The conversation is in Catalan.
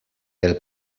del